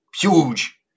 huge